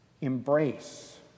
embrace